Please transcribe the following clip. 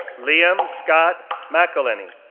liam scot mcelheny,